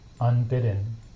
unbidden